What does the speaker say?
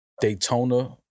Daytona